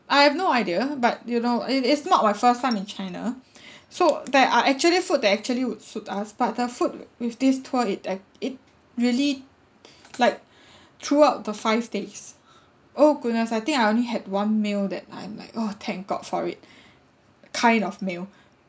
I have no idea but you know it is not my first time in china so there are actually food that actually would suit us but the food with this tour it ac~ it really like throughout the five days oh goodness I think I only had one meal that I'm like oh thank god for it kind of meal